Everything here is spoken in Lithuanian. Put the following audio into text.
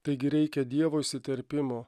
taigi reikia dievo įsiterpimo